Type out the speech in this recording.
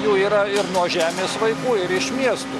jų yra ir nuo žemės vaikų ir iš miestų